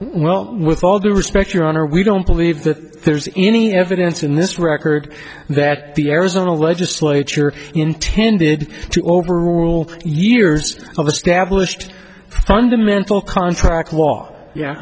well with all due respect your honor we don't believe that there's any evidence in this record that the arizona legislature intended to overrule years of established fundamental contract law yeah